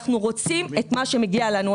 אנחנו רוצים את מה שמגיע לנו.